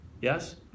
Yes